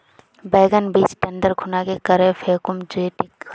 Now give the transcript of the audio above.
बैगन बीज टन दर खुना की करे फेकुम जे टिक हाई?